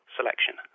selection